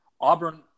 Auburn